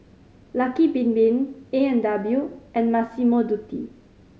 Lucky Bin Bin A And W and Massimo Dutti